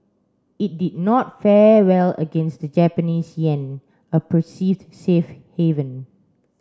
it did not fare well against the Japanese yen a perceived safe haven